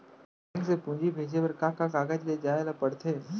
Bank से पूंजी भेजे बर का का कागज ले जाये ल पड़थे?